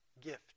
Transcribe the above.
gift